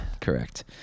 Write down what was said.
Correct